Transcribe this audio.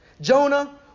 Jonah